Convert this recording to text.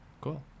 cool